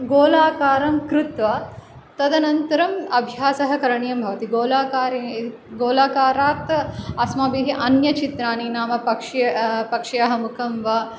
गोलाकारं कृत्वा तदनन्तरम् अभ्यासः करणीयं भवति गोलाकारे गोलाकारात् अस्माभिः अन्यचित्रानि नाम पक्ष् पक्ष्याः मुखं वा